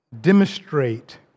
demonstrate